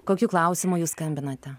kokiu klausimu jūs skambinate